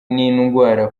n’indwara